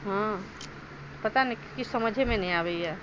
हँ पता नहि किछु समझैमे नहि आबैया